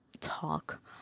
talk